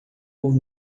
por